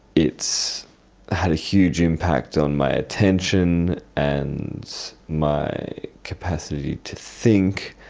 it's had a huge impact on my attention and my capacity to think